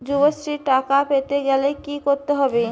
যুবশ্রীর টাকা পেতে গেলে কি করতে হবে?